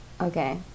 Okay